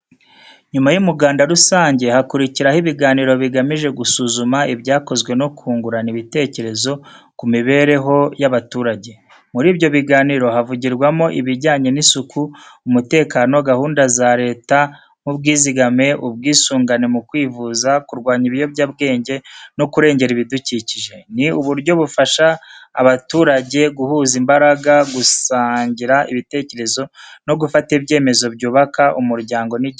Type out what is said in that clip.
Nyuma y’umuganda rusange, hakurikiraho ibiganiro bigamije gusuzuma ibyakozwe no kungurana ibitekerezo ku mibereho y’abaturage. Muri ibyo biganiro havugirwamo ibijyanye n’isuku, umutekano, gahunda za Leta nk’ubwizigame, ubwisungane mu kwivuza, kurwanya ibiyobyabwenge no kurengera ibidukikije. Ni uburyo bufasha abaturage guhuza imbaraga, gusangira ibitekerezo no gufata ibyemezo byubaka umuryango n’igihugu.